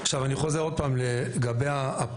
עכשיו אני חוזר עוד פעם לגבי הפעילות,